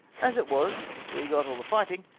as it was, we got all the fighting,